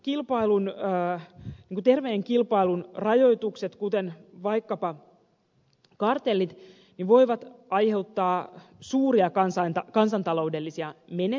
pahat terveen kilpailun rajoitukset vaikkapa kartellit voivat aiheuttaa suuria kansantaloudellisia menetyksiä